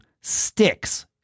sticks